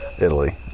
Italy